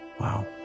Wow